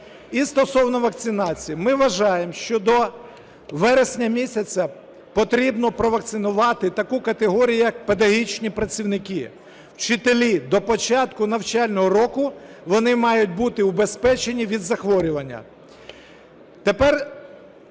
І стосовно вакцинації. Ми вважаємо, що до вересня місяця потрібно провакцинувати таку категорію, як педагогічні працівники, вчителі. До початку навчального року вони мають бути убезпеченні від захворювання.